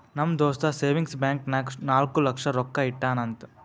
ನಮ್ ದೋಸ್ತ savings bank ನಾಗ್ ನಾಲ್ಕ ಲಕ್ಷ ರೊಕ್ಕಾ ಇಟ್ಟಾನ್ ಅಂತ್